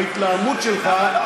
ההתלהמות שלך לא במקומה,